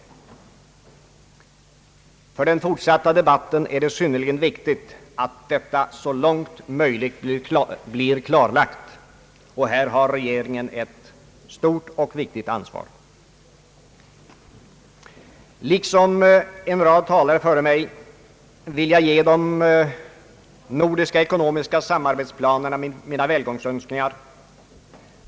För den fortsatta debatten är det synnerligen viktigt att detta så långt möjligt blir klarlagt. Här har regeringen ett stort och viktigt ansvar. Liksom en rad talare före mig vill jag ge de nordiska ekonomiska samar betsplanerna mina välgångsönskningar.